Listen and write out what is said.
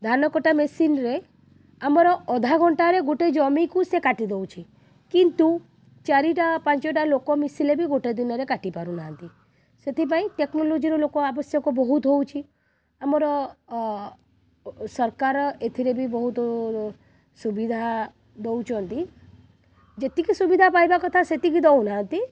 ଧାନ କଟା ମେସିନ୍ରେ ଆମର ଅଧାଘଣ୍ଟାରେ ଗୋଟେ ଜମିକୁ ସେ କାଟି ଦଉଛି କିନ୍ତୁ ଚାରିଟା ପାଞ୍ଚଟା ଲୋକ ମିଶିଲେ ବି ଗୋଟେ ଦିନରେ କାଟି ପାରୁନାହାନ୍ତି ସେଥିପାଇଁ ଟେକ୍ନୋଲୋଜିର ଲୋକ ଆବଶ୍ୟକ ବହୁତ ହେଉଛି ଆମର ସରକାର ଏଥିରେ ବି ବହୁତ ସୁବିଧା ଦେଉଛନ୍ତି ଯେତିକି ସୁବିଧା ପାଇବା କଥା ସେତିକି ଦେଉନାହାନ୍ତି